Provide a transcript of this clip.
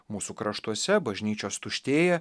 mūsų kraštuose bažnyčios tuštėja